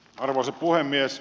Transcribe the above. arvoisa puhemies